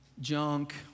junk